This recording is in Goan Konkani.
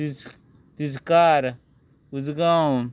तीस तिसकार उजगांव